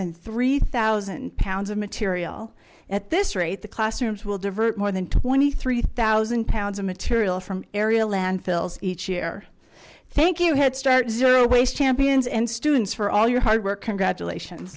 than three thousand pounds of material at this rate the classrooms will divert more than twenty three thousand pounds of material from area landfills each year thank you headstart zero waste champions and students for all your hard work congratulations